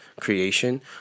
creation